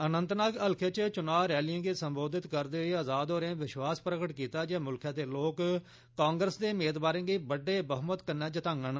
अनंतनाग हल्के च चुनां रैलिए गी संबोधित करदे होई आज़ाद होरें विश्वास प्रकट कीता जे मुल्खै दे लोक कांग्रेस दे मेदवारें गी बड्डे बहुमत कन्नै जतांगन